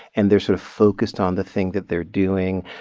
and they're sort of focused on the thing that they're doing.